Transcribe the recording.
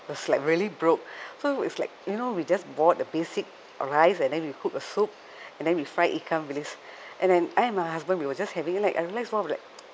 it was like really broke so it's like you know we just bought the basic rice and then we cook a soup and then we fry ikan bilis and then I and husband we were just having and like I realize we were like